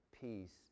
peace